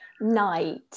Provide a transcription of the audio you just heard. night